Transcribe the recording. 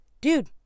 dude